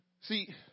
See